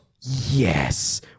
Yes